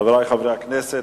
חברי חברי הכנסת,